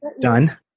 done